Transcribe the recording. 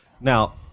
Now